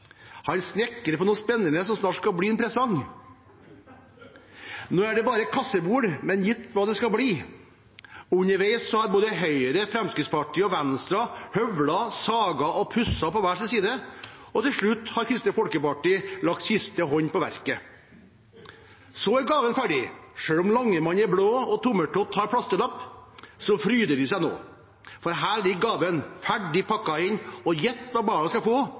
han snekrer på no spennende som snart skal bli en presang. Nå er det bare et kassebord, men gjett hva det skal bli? Underveis har både Høyre og Fremskrittspartiet og Venstre høvlet, saget og pusset på hver sin side, og til slutt har Kristelig Folkeparti lagt siste hånd på verket. Så er gaven ferdig, selv om langemann er blå og tommeltott har plasterlapp, så fryder de seg nå. For her ligger gaven ferdig pakket inn, og gjett hva barna skal få?